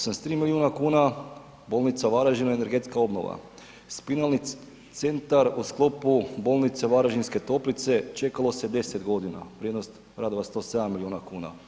83 milijuna kuna bolnica u Varaždinu, energetska obnova, spinalni centar u sklopu bolnice Varaždinske toplice čekalo se 10 godina, vrijednost radova 107 milijuna kuna.